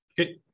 Okay